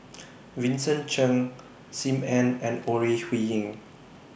Vincent Cheng SIM Ann and Ore Huiying